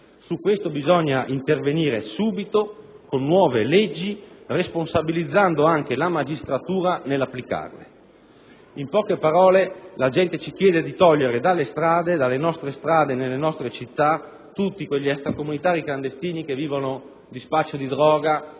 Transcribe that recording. Su questo bisogna intervenire subito con nuove leggi, responsabilizzando anche la magistratura nell'applicarle. In poche parole, la gente ci chiede di togliere dalle strade delle nostre città tutti quegli extracomunitari clandestini che vivono di spaccio di droga